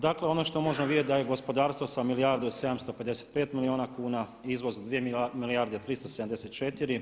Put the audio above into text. Dakle ono što možemo vidjeti da je gospodarstvo sa milijardu i 755 milijuna kuna, izvoz 2 milijarde 374.